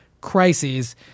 crises